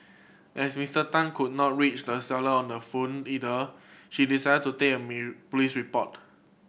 as Mister Tan could not reach the seller on the phone either she decided to take a police report